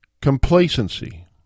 complacency